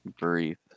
brief